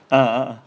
ah ah ah